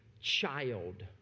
child